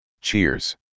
Cheers